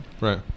Right